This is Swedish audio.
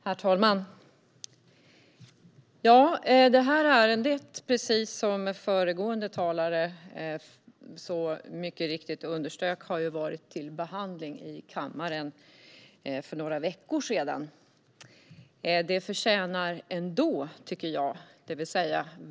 Herr talman! Detta ärende har, precis som föregående talare har understrukit, varit uppe för behandling i kammaren för några veckor sedan.